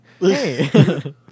Hey